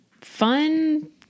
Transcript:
fun